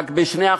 רק ב-2%.